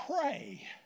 pray